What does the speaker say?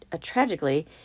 tragically